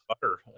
butter